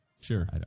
Sure